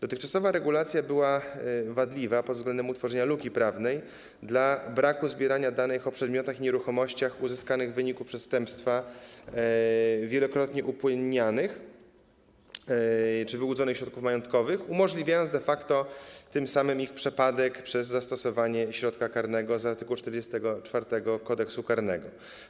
Dotychczasowa regulacja była wadliwa pod względem utworzenia luki prawnej dla braku zbierania danych o przedmiotach i nieruchomościach uzyskanych w wyniku przestępstwa, wielokrotnie upłynniających wyłudzone środki majątkowe, umożliwiając de facto tym samym ich przepadek przez zastosowanie środka karnego z art. 44 Kodeksu karnego.